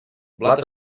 blat